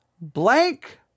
blank